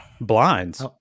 blinds